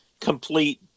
Complete